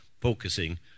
focusing